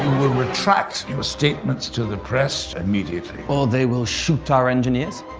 will retract your statements to the press immediately. or they will shoot our engineers?